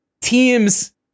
Teams